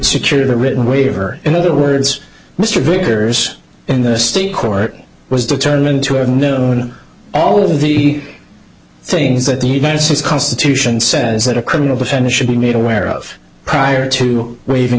secure the written waiver in other words mr vickers in the state court was determined to have known all of the things that the united states constitution says that a criminal defendant should be made aware of prior to waiving